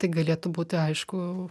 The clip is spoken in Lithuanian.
tai galėtų būti aišku